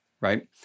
right